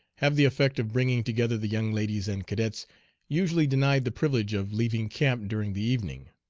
have the effect of bringing together the young ladies and cadets usually denied the privilege of leaving camp during the evening.